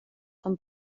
son